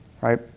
Right